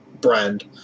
brand